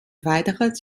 weiteres